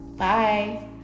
Bye